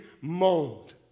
mold